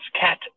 Cat